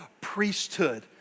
priesthood